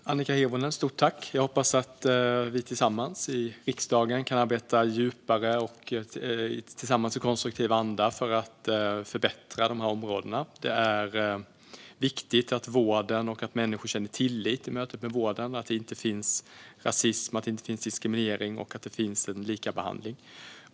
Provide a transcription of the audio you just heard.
Svar på interpellation Fru talman och Annika Hirvonen! Jag hoppas att vi tillsammans i riksdagen kan arbeta djupare och i konstruktiv anda för att förbättra dessa områden. Det är viktigt att människor känner tillit i mötet med vården, att det inte finns rasism eller diskriminering och att det råder likabehandling.